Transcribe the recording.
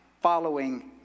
following